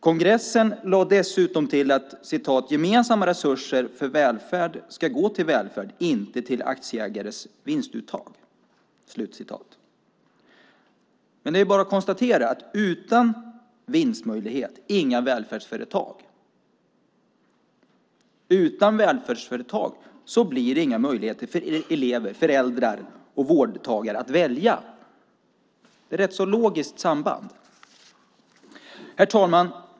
Kongressen lade dessutom till: Gemensamma resurser för välfärd ska gå till välfärd, inte till aktieägares vinstuttag. Det är bara att konstatera att utan vinstmöjligheter blir det inga välfärdsföretag. Utan välfärdsföretag finns det inga möjligheter för elever, föräldrar och vårdtagare att välja. Det är ett rätt logiskt samband. Herr talman!